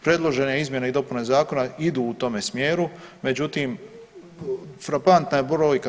Predložene izmjene i dopune zakona idu u tome smjeru, međutim frapantna je brojka.